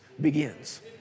begins